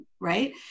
right